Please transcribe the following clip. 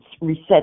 Reset